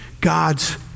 God's